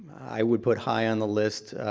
i would put high on the list,